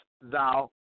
thou